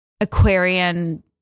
Aquarian-